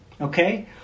Okay